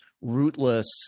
rootless